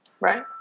Right